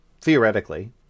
Theoretically